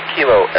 Kilo